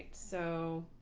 so.